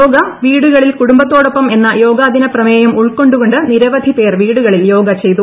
യോഗ വീടുകളിൽ കുടുംബത്തോടൊപ്പം എന്ന യോഗാദിന പ്രമേയം ഉൾക്കൊണ്ടുകൊണ്ട് നിരവധി പേർ വീടുകളിൽ യോഗ ചെയ്തു